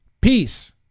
Peace